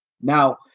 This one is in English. Now